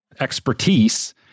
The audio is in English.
expertise